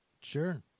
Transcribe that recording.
Sure